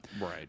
Right